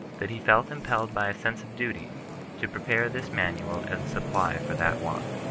that he felt impelled by a sense of duty to prepare this manual as a supply for that want.